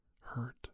hurt